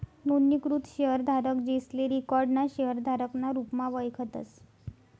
नोंदणीकृत शेयरधारक, जेसले रिकाॅर्ड ना शेयरधारक ना रुपमा वयखतस